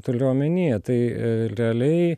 tuliu omenyje tai realiai